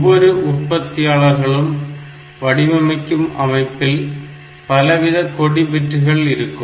ஒவ்வொரு உற்பத்தியாளர்களும் வடிவமைக்கும் அமைப்பில் பலவித கொடி பிட்டுகள் இருக்கும்